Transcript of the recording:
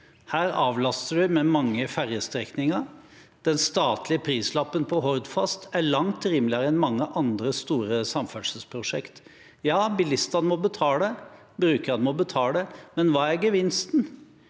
Her avlaster vi mange ferjestrekninger. Den statlige prislappen på Hordfast er langt lavere enn på mange andre store samferdselsprosjekter. Ja, bilistene – brukerne – må betale, men hva er gevinsten?